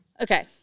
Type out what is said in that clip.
okay